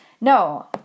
No